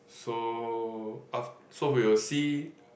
so af~ so we will see